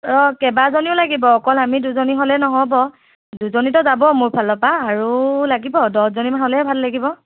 অ কেইবাজনীও লাগিব অকল আমি দুজনী হ'লেই নহ'ব দুজনীতো যাব মোৰ ফালৰপৰা আৰু লাগিব দহজনীমান হ'লেহে ভাল লাগিব